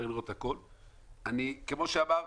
כמו שאמרתי,